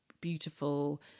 beautiful